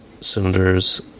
cylinders